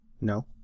No